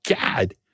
God